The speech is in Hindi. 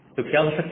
तो क्या हो सकता है